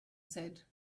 said